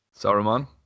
Saruman